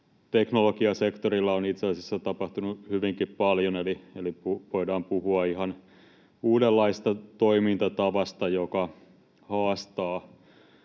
teknologiasektorilla on itse asiassa tapahtunut hyvinkin paljon, eli voidaan puhua ihan uudenlaisesta toimintatavasta, joka haastaa